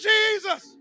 Jesus